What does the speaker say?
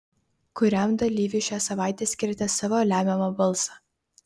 kuriam dalyviui šią savaitę skiriate savo lemiamą balsą